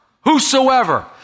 whosoever